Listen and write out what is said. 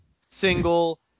single